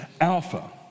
Alpha